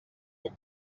aux